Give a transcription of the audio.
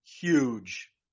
huge